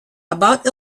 about